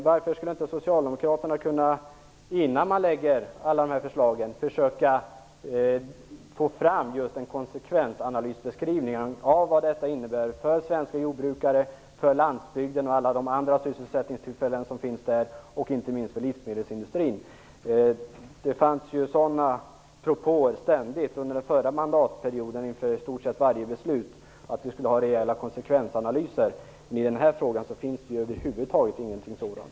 Varför kan inte Socialdemokraterna innan man lägger fram alla dessa förslag försöka få fram en konsekvensanalysbeskrivning av vad de innebär för svenska jordbrukare, för landsbygden och för alla de andra sysselsättningstillfällen som finns där - inte minst inom livsmedelsindustrin. Det fanns ständigt propåer om rejäla konsekvensanalyser inför i stort sett varje beslut under den förra mandatperioden. I denna fråga finns det över huvud taget ingenting sådant.